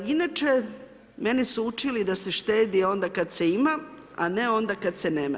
Inače, mene su učili da se štedi onda kada se ima, a ne onda kada se nema.